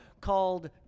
called